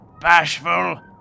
bashful